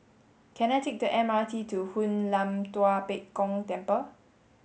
can I take the M R T to Hoon Lam Tua Pek Kong Temple